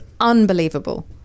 unbelievable